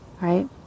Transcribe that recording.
right